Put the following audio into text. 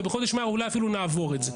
ובחודש מאי אולי אפילו נעבור את זה.